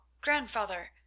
Grandfather—